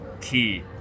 key